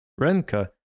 Renka